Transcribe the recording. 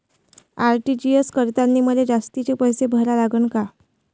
RTGS करतांनी मले जास्तीचे पैसे भरा लागन का?